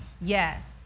Yes